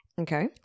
Okay